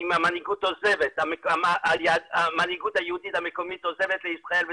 אם המנהיגות היהודית המקומית עוזבת לישראל,